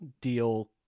deal